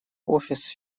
офис